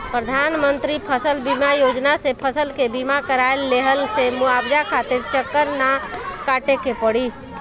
प्रधानमंत्री फसल बीमा योजना से फसल के बीमा कराए लेहला से मुआवजा खातिर चक्कर ना काटे के पड़ी